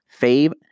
fave